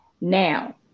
now